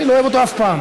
אני לא אוהב אותו אף פעם.